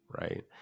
right